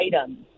items